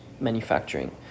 manufacturing